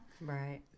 Right